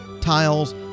tiles